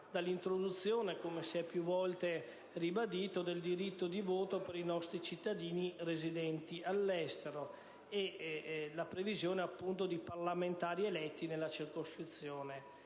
dall'introduzione, come si è più volte ribadito, del diritto di voto per i nostri cittadini residenti all'estero e la previsione di parlamentari eletti nella circoscrizione